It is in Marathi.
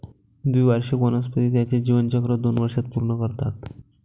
द्विवार्षिक वनस्पती त्यांचे जीवनचक्र दोन वर्षांत पूर्ण करतात